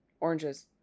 oranges